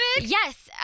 Yes